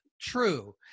true